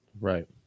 right